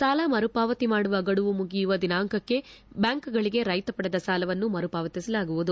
ಸಾಲ ಮರುಪಾವತಿ ಮಾಡುವ ಗಡುವು ಮುಗಿಯುವ ದಿನಾಂಕಕ್ಕೆ ಬ್ಞಾಂಕುಗಳಿಗೆ ರೈತ ಪಡೆದ ಸಾಲವನ್ನು ಪಾವತಿಸಲಾಗುವುದು